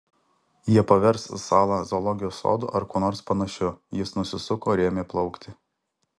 jie pavers salą zoologijos sodu ar kuo nors panašiu jis nusisuko ir ėmė plaukti